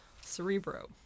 Cerebro